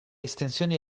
estensioni